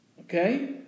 Okay